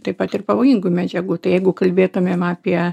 taip pat ir pavojingų medžiagų tai jeigu kalbėtumėm apie